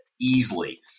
easily